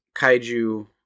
kaiju